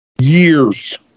Years